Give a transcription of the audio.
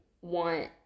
want